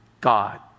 God